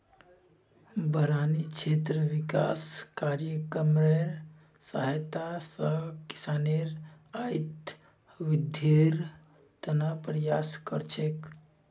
बारानी क्षेत्र विकास कार्यक्रमेर सहायता स किसानेर आइत वृद्धिर त न प्रयास कर छेक